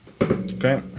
Okay